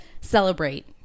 celebrate